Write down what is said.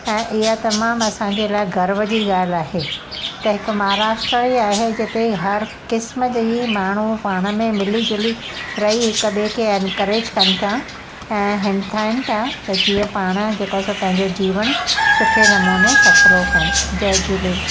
ऐं हीअ तमामु असांजे लाइ गर्व जी ॻाल्हि आहे त हिकु महाराष्ट्रा ई आहे जिते हर क़िस्म जा ई माण्हू पाण में मिली जुली रही हिकु ॿिए के इंकरेज कनि था ऐं हिमथाईनि था जीअं पाण जेको असां पंहिंजो जीवनु सुठे नमूने सफलो कनि जय झूलेलाल